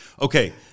Okay